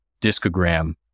discogram